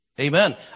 Amen